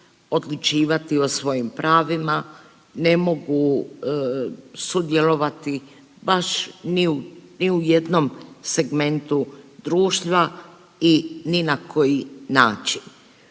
odlučivati o svojim pravima, ne mogu sudjelovati baš ni u jednom segmentu društva i ni na koji način.